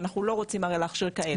ואנחנו לא רוצים הרי להכשיר כאלה,